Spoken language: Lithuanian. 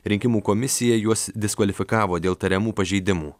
rinkimų komisija juos diskvalifikavo dėl tariamų pažeidimų